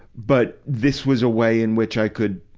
but, this was a way in which i could,